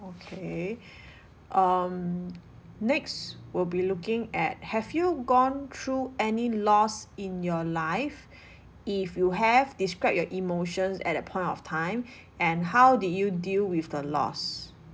okay um next we'll be looking at have you gone through any loss in your life if you have describe your emotions at that point of time and how did you deal with the loss